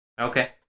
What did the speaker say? Okay